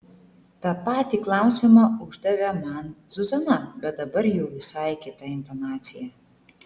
tą patį klausimą uždavė man zuzana bet dabar jau visai kita intonacija